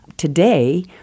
Today